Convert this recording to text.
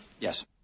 Yes